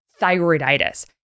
thyroiditis